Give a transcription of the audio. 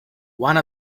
one